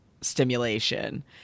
stimulation